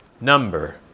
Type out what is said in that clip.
number